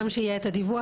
גם שיהיה את הדיווח,